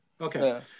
Okay